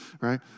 right